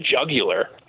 jugular